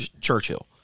Churchill